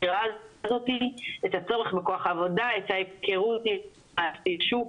את הצורך בכוח עבודה, את ההיכרות עם השוק,